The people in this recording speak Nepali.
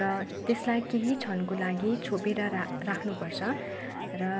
र त्यसलाई केही क्षणको लागि छोपेर रा राख्नुपर्छ र